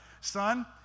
son